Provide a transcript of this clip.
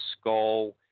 skull